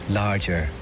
larger